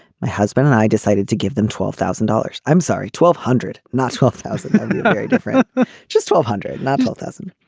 my husband and i decided to give them twelve thousand dollars. i'm sorry twelve hundred not twelve thousand different just twelve hundred not full thousand.